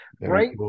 right